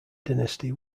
dynasty